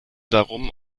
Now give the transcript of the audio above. darum